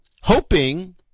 Hoping